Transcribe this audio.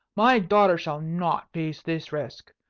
my daughter shall not face this risk.